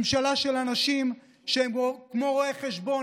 ממשלה של אנשים שהם כמו רואי חשבון,